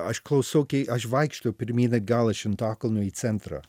aš klausau kai aš vaikštau pirmyn atgal iš antakalnio į centrą